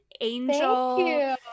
angel